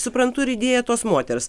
suprantu ir idėją tos moters